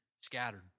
scattered